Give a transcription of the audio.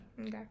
okay